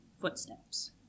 Footsteps